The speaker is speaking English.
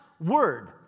word